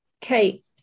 Kate